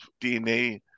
DNA